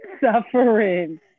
suffering